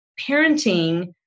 parenting